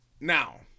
Now